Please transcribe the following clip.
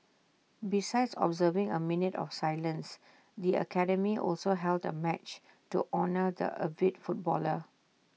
besides observing A minute of silence the academy also held A match to honour the avid footballer